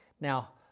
Now